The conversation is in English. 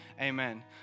amen